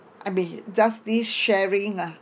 I mean just this sharing ah